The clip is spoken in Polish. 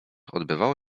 odbywało